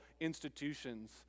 institutions